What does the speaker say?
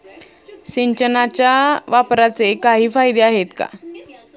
सिंचनाच्या वापराचे काही फायदे आहेत का?